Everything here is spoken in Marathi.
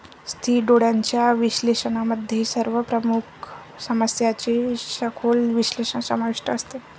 स्थिर डोळ्यांच्या विश्लेषणामध्ये सर्व प्रमुख समस्यांचे सखोल विश्लेषण समाविष्ट असते